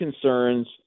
concerns